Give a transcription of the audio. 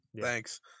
Thanks